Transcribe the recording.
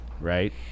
right